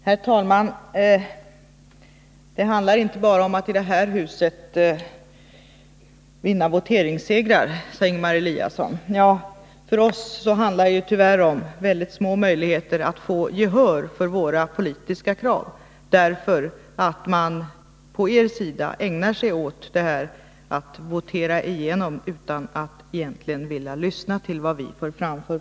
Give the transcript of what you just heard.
Herr talman! Det handlar inte bara om att i detta hus vinna voteringssegrar, sade Ingemar Eliasson. För oss handlar det tyvärr om mycket små möjligheter att få gehör för våra politiska krav. På regeringssidan ägnar man sig nämligen åt att votera igenom egna förslag utan att egentligen vilja lyssna på de förslag som vi för fram.